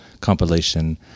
compilation